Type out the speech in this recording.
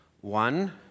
One